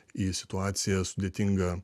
į situaciją sudėtingą